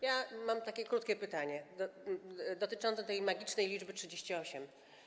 Ja mam takie krótkie pytanie dotyczące tej magicznej liczby 38.